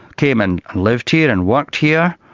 came and lived here and worked here,